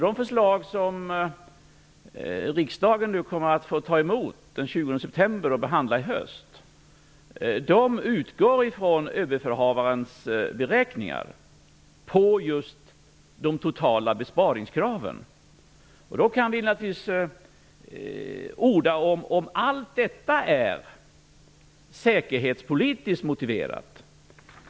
De förslag som riksdagen kommer att få ta emot den 20 september och behandla i höst utgår ifrån Överbefälhavarens beräkningar av just de totala besparingskraven. Vi kan naturligtvis orda om huruvida allt detta är säkerhetspolitiskt motiverat.